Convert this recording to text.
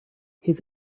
his